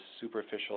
superficial